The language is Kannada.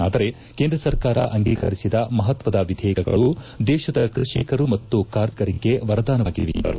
ಆದರೆ ಕೇಂದ್ರ ಸರ್ಕಾರ ಅಂಗೀಕರಿಸಿದ ಮಪತ್ತದ ವಿಧೇಯಕಗಳು ದೇಶದ ಕೃಷಿಕರು ಮತ್ತು ಕಾರ್ಮಿಕರಿಗೆ ವರದಾನವಾಗಿವೆ ಎಂದರು